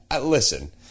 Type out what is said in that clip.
listen